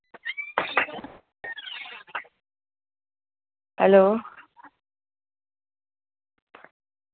hello